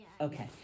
Okay